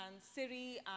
Siri